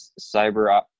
cyber